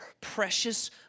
precious